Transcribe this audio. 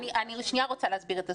אני רוצה להסביר את הסוגיה.